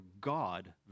God